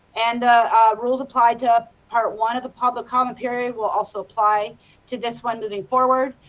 and the rules apply to part one of the public comment period will also apply to this one, moving forward,